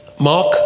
Mark